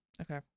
Okay